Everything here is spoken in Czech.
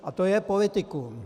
A to je politikum.